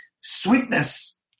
sweetness